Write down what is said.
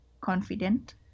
confident